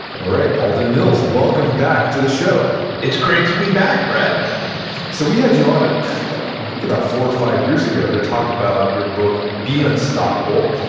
all right, alden mills, welcome back to the show it's great to be back, brett so, we had you on, ah i think about four or five years ago, to talk about your book, be unstoppable.